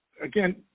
again